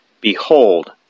Behold